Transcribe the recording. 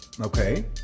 Okay